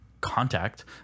contact